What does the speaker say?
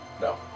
No